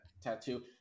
Tattoo